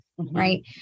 Right